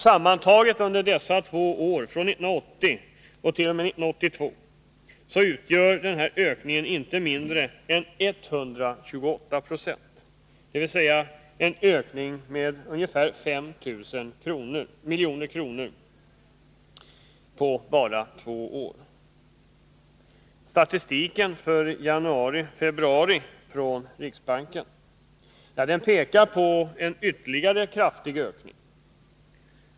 Sammantaget under dessa två år — från 1980 till 1982 — utgör denna ökning inte mindre än 128 26, dvs. en ökning med ungefär 5 000 milj.kr. på bara två år. Statistiken för januari-februari från riksbanken pekar på en ytterligare kraftig ökning.